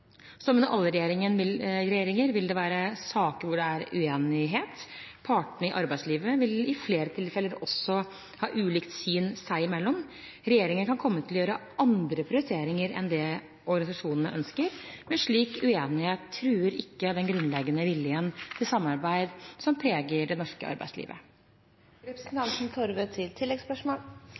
Som under alle regjeringer vil det være saker hvor det er uenighet. Partene i arbeidslivet vil i flere tilfeller også ha ulikt syn seg imellom. Regjeringen kan komme til å gjøre andre prioriteringer enn det organisasjonene ønsker, men slik uenighet truer ikke den grunnleggende viljen til samarbeid som preger det norske arbeidslivet.